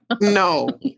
no